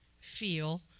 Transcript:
feel